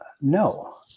no